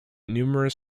numerous